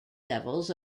levels